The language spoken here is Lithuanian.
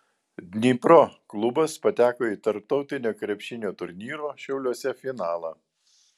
dnipro klubas pateko į tarptautinio krepšinio turnyro šiauliuose finalą